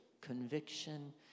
conviction